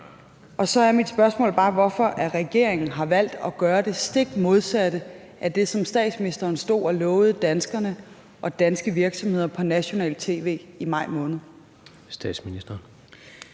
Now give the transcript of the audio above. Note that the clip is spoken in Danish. Og så er mit spørgsmål bare, hvorfor regeringen har valgt at gøre det stik modsatte af det, som statsministeren stod og lovede danskerne og danske virksomheder på nationalt tv i maj måned.